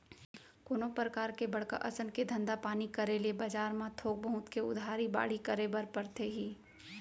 कोनो परकार के बड़का असन के धंधा पानी करे ले बजार म थोक बहुत के उधारी बाड़ही करे बर परथे ही